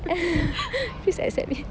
please accept me